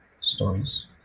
stories